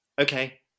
okay